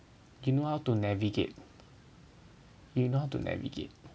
you know how to navigate you know how to navigate